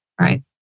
Right